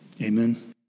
Amen